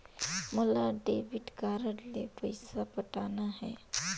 मोला debit card ले पइसा पटाना हे?